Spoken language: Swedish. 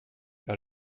jag